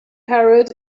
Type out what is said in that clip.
parrot